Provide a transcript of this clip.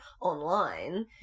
online